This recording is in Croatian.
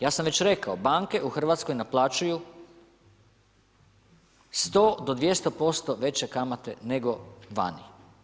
Ja sam već rekao, banke u Hrvatskoj naplaćuju 100 do 200% veće kamate nego vani.